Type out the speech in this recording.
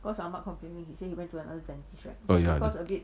oh ya I know